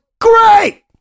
great